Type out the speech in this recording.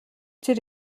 тэр